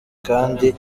kandi